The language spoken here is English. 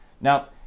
Now